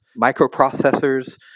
microprocessors